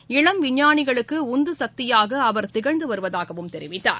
ராமன் இளம் விஞ்ஞானிகளுக்குஉந்துசக்தியாகஅவர் திகழ்ந்துவருவதாகத் தெரிவித்தார்